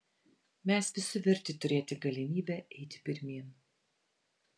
mes visi verti turėti galimybę eiti pirmyn